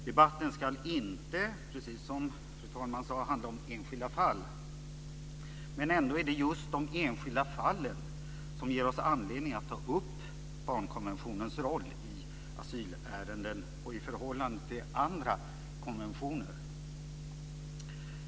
Debatten ska inte, precis som fru talmannen sade, handla om enskilda fall, men ändå är det just de enskilda fallen som ger oss anledning att ta upp barnkonventionens roll i asylärenden och i förhållande till andra konventioner.